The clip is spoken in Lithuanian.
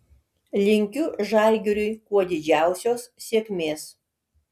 linkiu žalgiriui kuo didžiausios sėkmės